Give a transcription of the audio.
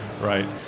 Right